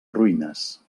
ruïnes